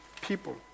people